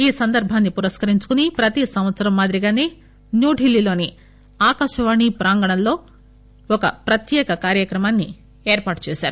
ఈ సందర్బాన్ని పురస్కరించుకుని ప్రతి సంవత్సరం మాదిరిగాసే న్యూఢిల్లీలోని ఆకాశవాణి ప్రాంగణంలో ఒక ప్రత్యేక కార్యక్రమాన్సి ఏర్పాటు చేశారు